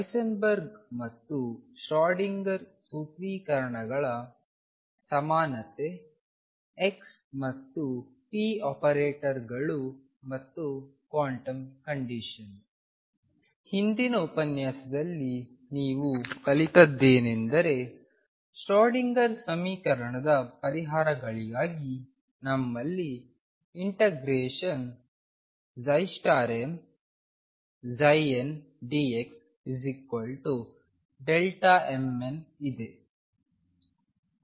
Heisenberg ಮತ್ತು ಶ್ರೊಡಿಂಗರ್Schrödinger ಸೂತ್ರೀಕರಣಗಳ ಸಮಾನತೆ x ಮತ್ತು p ಆಪರೇಟರ್ಗಳು ಮತ್ತು ಕ್ವಾಂಟಮ್ ಕಂಡೀಶನ್ ಹಿಂದಿನ ಉಪನ್ಯಾಸದಲ್ಲಿ ನೀವು ಕಲಿತದ್ದೇನೆಂದರೆ ಶ್ರೋಡಿಂಗರ್ ಸಮೀಕರಣದ ಪರಿಹಾರಗಳಿಗಾಗಿ ನಮ್ಮಲ್ಲಿ ∫mndxmn ಇದೆ